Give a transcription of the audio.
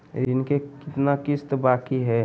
ऋण के कितना किस्त बाकी है?